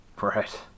right